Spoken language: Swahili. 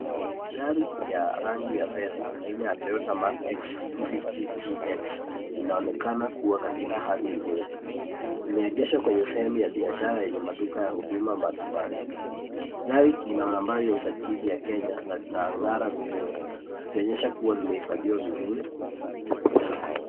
Gari ya rangi ya fedha aina ya Toyota Mark X 250 GX inaonekana kuwa katika hali nzuri. Imeegeshwa kwenye sehemu ya biashara yenye maduka ya huduma mbalimbali. Gari ina nambari ya usajili ya Kenya na inangara vizuri ikionyesha kuwa imehifadhiwa vizuri.